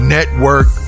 Network